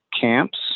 camps